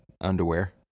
underwear